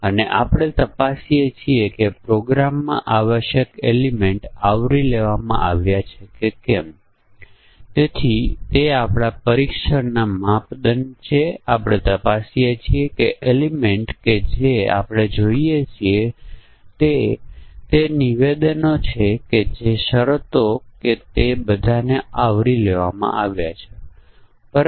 તેથી આપણી પાસે પરીક્ષણના ઓછા કેસો સાથે પર્યાપ્ત પરીક્ષણ કરવાની કેટલીક અસરકારક રીતો હોવી જરૂર છે અને તે બધું જોડી મુજબના પરીક્ષણ વિશે છે જ્યાં આપણે બતાવીએ છીએ કે આપણે ખરેખર ઇનપુટ મૂલ્યોના તમામ સંભવિત સંયોજનોને ધ્યાનમાં લેવાની જરૂર નથી